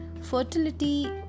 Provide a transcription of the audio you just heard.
fertility